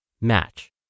Match